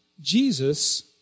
Jesus